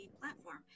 platform